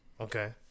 Okay